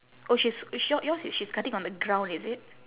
oh she's sh~ your~ yours she's cutting on the ground is it